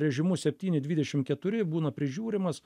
režimu septyni dvidešim keturi būna prižiūrimas